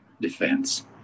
defense